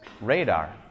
radar